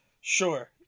Sure